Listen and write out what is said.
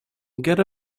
get